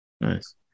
nice